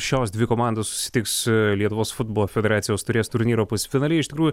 šios dvi komandos susitiks lietuvos futbolo federacijos taurės turnyro pusfinalyje iš tikrųjų